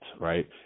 right